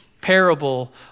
parable